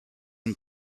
and